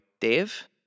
Dave